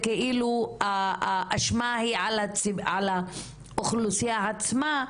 כאילו האשמה היא על האוכלוסייה עצמה,